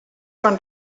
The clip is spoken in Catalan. van